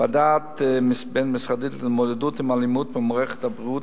ועדה בין-משרדית להתמודדות עם האלימות במערכת הבריאות,